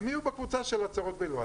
יהיו בקבוצה של הצהרות בלבד,